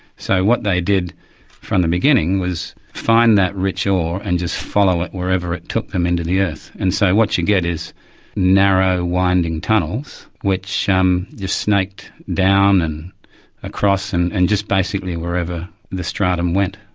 so what they did from the beginning, was find that rich ore and just follow it wherever it took them into the earth. and so what you get is narrow, winding tunnels which um just snaked down and across and and just basically wherever the stratum went.